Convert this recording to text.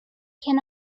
can